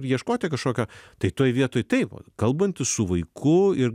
ieškoti kažkokio tai toj vietoj taip kalbantis su vaiku ir